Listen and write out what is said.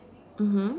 mmhmm